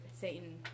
Satan